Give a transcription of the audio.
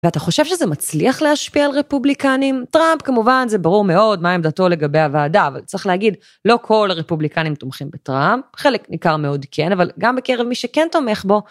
ואתה חושב שזה מצליח להשפיע על רפובליקנים? טראמפ, כמובן, זה ברור מאוד מה עמדתו לגבי הוועדה, אבל צריך להגיד, לא כל הרפובליקנים תומכים בטראמפ, חלק ניכר מאוד כן, אבל גם בקרב מי שכן תומך בו...